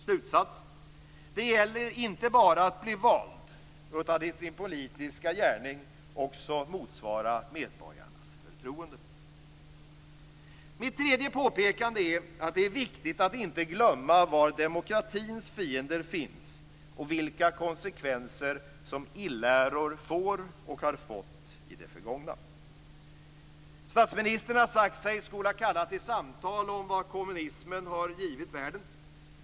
Slutsats: Det gäller inte bara att bli vald utan att i sin politiska gärning också motsvara medborgarnas förtroende. Mitt tredje påpekande är att det är viktigt att inte glömma var demokratins fiender finns och vilka konsekvenser som irrläror får och har fått i det förgångna. Statsministern har sagt sig skola kalla till samtal om vad kommunismen har givit världen.